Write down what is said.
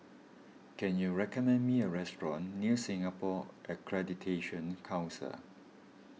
can you recommend me a restaurant near Singapore Accreditation Council